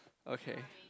okay